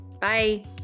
Bye